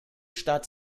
statt